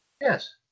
Yes